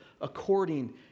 according